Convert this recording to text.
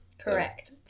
Correct